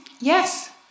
Yes